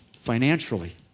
financially